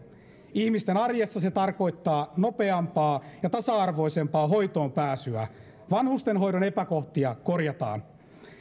ihmisten arjessa se tarkoittaa nopeampaa ja tasa arvoisempaa hoitoon pääsyä vanhustenhoidon epäkohtia korjataan